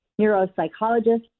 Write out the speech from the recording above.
neuropsychologist